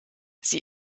sie